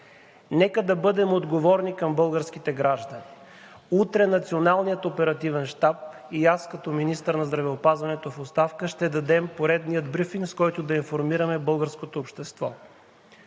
Нека да бъдем отговорни към българските граждани. Утре Националният оперативен щаб и аз, като министър на здравеопазването в оставка, ще дадем поредния брифинг, с който да информираме българското общество.